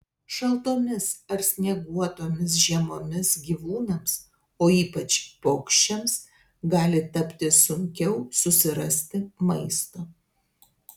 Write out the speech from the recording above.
šaltomis ar snieguotomis žiemomis gyvūnams o ypač paukščiams gali tapti sunkiau susirasti maisto